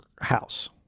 house